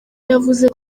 yavuze